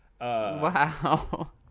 Wow